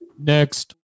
next